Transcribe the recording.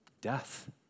death